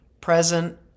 present